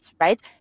right